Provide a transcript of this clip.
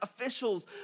officials